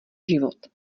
život